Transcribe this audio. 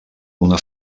una